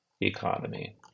economy